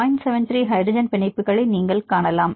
73 hydrogen பிணைப்புகளை நீங்கள் காணலாம்